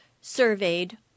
surveyed